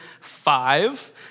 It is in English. five